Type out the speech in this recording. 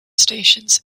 stations